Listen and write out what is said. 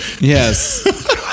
Yes